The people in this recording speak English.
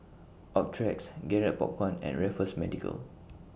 Optrex Garrett Popcorn and Raffles Medical